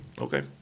okay